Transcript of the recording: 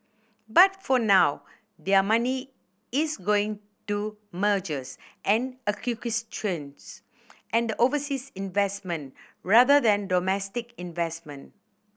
but for now their money is going to mergers and and overseas investment rather than domestic investment